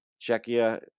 Czechia